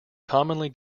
commonly